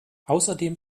außerdem